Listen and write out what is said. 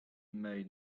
made